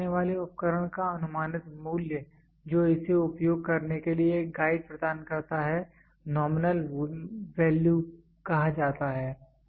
एक मापने वाले उपकरण का अनुमानित मूल्य जो इसे उपयोग करने के लिए एक गाइड प्रदान करता है नॉमिनल वैल्यू कहा जाता है